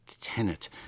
tenet